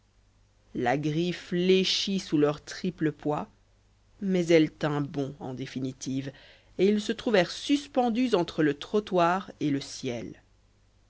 la grille fléchit sous leur triple poids mais elle tint bon en définitive et ils se trouvèrent suspendus entre le trottoir et le ciel